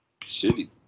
shitty